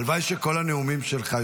הלוואי שכל הנאומים שלך,